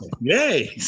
Yay